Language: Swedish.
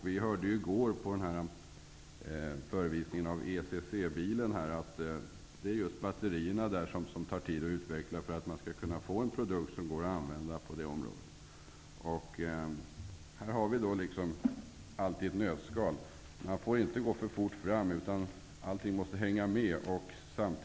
Vi hörde i går på förevisningen av ECC-bilen att det just är batterierna som tar tid att utveckla för att man skall kunna få en produkt som går att använda. Här har vi allt i ett nötskal. Man får inte gå för fort fram. Allting måste hänga med.